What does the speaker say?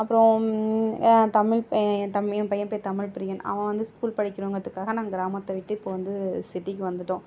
அப்றம் தமிழ் என் பையன் பேர் தமிழ்ப்பிரியன் அவன் வந்து ஸ்கூல் படிக்கணும்கிறதுக்காக நாங்கள் கிராமத்தை விட்டு இப்போது வந்து சிட்டிக்கு வந்துவிட்டோம்